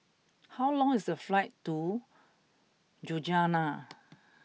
how long is the flight to Ljubljana